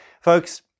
folks